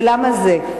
ולמה זה?